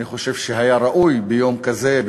אני חושב שהיה ראוי ביום כזה,